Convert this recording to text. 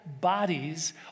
bodies